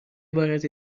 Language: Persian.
عبارت